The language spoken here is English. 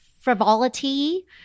frivolity